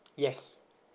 yes